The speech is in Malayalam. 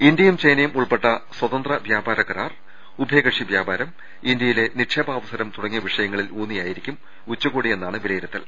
ഇന്ത്യയും ചൈനയും ഉൾപ്പെട്ട സ്വതന്ത്ര വ്യാപാര കരാർ ഉഭയ കക്ഷി വ്യാപാരം ഇന്ത്യയിലെ നിക്ഷേപാവസരം തുടങ്ങിയ വിഷയ ങ്ങളിൽ ഊന്നിയായിരിക്കും ഉച്ചകോടിയെന്നാണ് വിലയിരുത്തൽ